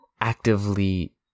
actively